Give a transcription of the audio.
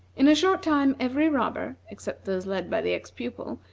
in a short time every robber, except those led by the ex-pupil,